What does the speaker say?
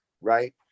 right